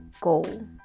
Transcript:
goal